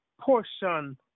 portion